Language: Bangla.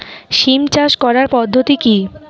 সিম চাষ করার পদ্ধতি কী?